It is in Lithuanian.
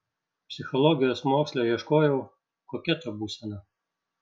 psichologijos moksle ieškojau kokia ta būsena